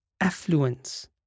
affluence